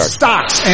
stocks